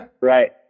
Right